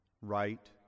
right